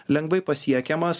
lengvai pasiekiamas